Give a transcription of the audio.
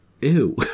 Ew